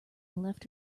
left